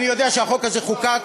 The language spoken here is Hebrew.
אני יודע שהחוק הזה חוקק